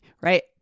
right